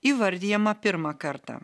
įvardijama pirmą kartą